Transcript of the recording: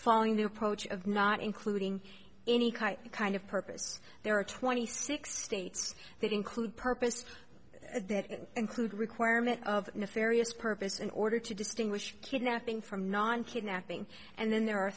following the approach of not including any kind of purpose there are twenty six states that include purpose that include requirement of nefarious purpose in order to distinguish kidnapping from non kidnapping and then there are